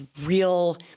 real